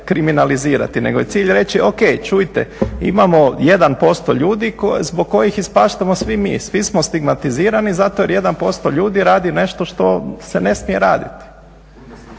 kriminalizirati, nego je cilj reći o.k. Čujte imamo jedan posto ljudi zbog kojih ispaštamo svi mi, svi smo stigmatizirani zato jer jedan posto ljudi radi nešto što se ne smije raditi.